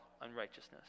unrighteousness